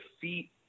feet